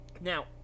now